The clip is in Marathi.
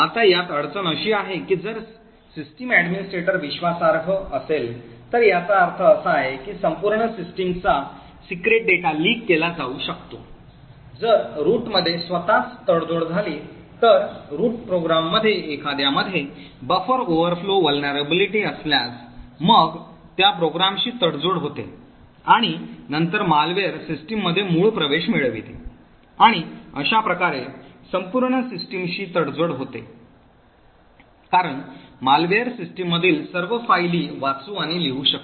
आता यात अडचण अशी आहे की जर सिस्टम प्रशासक विश्वासार्ह असेल तर याचा अर्थ असा आहे की संपूर्ण सिस्टमचा गुप्त डेटा लीक केला जाऊ शकतो जर रूटमध्ये स्वतःच तडजोड झाली तर रूट प्रोग्राममध्ये एखाद्यामध्ये buffer overflow vulnerability असल्यास मग त्या प्रोग्रामशी तडजोड होते आणि नंतर मालवेयर सिस्टममध्ये मूळ प्रवेश मिळविते आणि अशा प्रकारे संपूर्ण सिस्टमशी तडजोड होते कारण मालवेयर सिस्टममधील सर्व फायली वाचू आणि लिहू शकतो